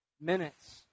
minutes